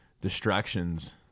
distractions